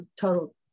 total